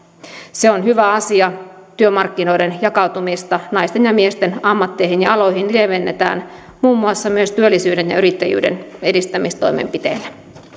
se on hyvä asia työmarkkinoiden jakautumista naisten ja miesten ammatteihin ja aloihin lievennetään muun muassa myös työllisyyden ja yrittäjyyden edistämistoimenpiteillä